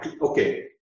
Okay